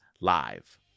live